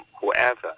whoever